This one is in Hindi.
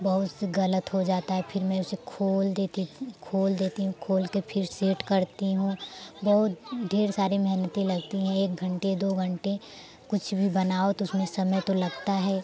बहुत से गलत हो जाता है फिर मैं उसे खोल देती खोल देती हूँ खोल के फिर सेट करती हूँ बहुत ढेर सारी मेहनत लगती हैं एक घंटे दो घंटे कुछ भी बनाओ तो उसमें समय तो लगता है